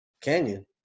Canyon